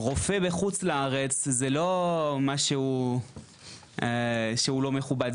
רופא בחוץ לארץ זה לא משהו שהוא לא מכובד,